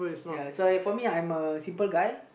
so uh for me I'm a simple guy